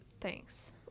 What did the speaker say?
Thanks